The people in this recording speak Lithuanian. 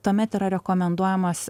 tuomet yra rekomenduojamas